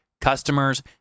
customers